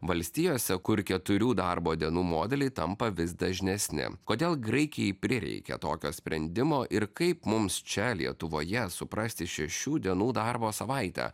valstijose kur keturių darbo dienų modeliai tampa vis dažnesni kodėl graikijai prireikė tokio sprendimo ir kaip mums čia lietuvoje suprasti šešių dienų darbo savaitę